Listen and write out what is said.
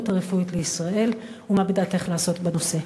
הרפואית לישראל ומה בדעתך לעשות בנושא?